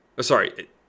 Sorry